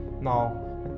now